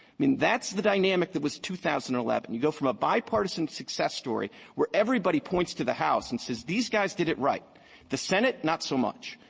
i mean that's the dynamic that was two thousand and eleven. you go from a bipartisan success story where everybody points to the house and said, these guys did it right the senate, not so much.